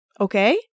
okay